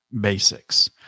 basics